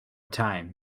time